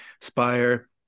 Spire